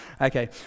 Okay